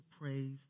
praise